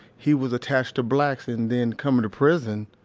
he was attached to blacks, and then, coming to prison,